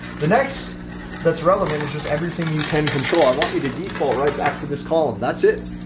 the next that's relevant is just everything you can control. i want you to default right back to this column. that's it.